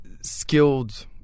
skilled